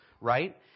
right